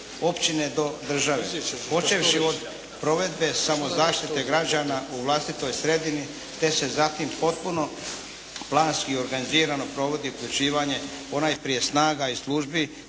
općine do države počevši od provedbe samozaštite građana u vlastitoj sredini, te se zatim potpuno planski i organizirano provodi uključivanje ponajprije snaga i službi